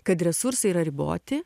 kad resursai yra riboti